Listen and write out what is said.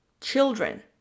children